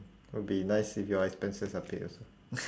will be nice if your expenses are paid also